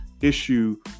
issue